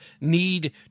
need